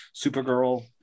supergirl